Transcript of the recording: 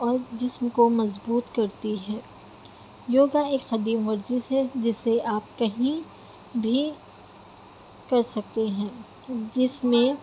اور جسم کو مضبوط کرتی ہے یوگا ایک قدیم ورزش ہے جسے آپ کہیں بھی کر سکتے ہیں جس میں